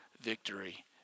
victory